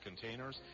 containers